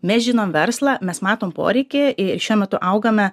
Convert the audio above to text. mes žinom verslą mes matom poreikį ir šiuo metu augame